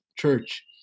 church